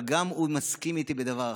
אבל גם הוא מסכים איתי בדבר אחד: